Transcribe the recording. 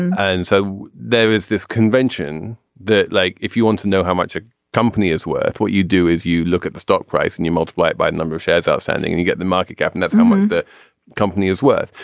and and so there is this convention the like if you want to know how much a company is worth what you do is you look at the stock price and you multiply it by the number of shares outstanding and you get the market cap and that's how much the company is worth.